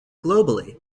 globally